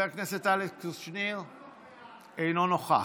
אינו נוכח,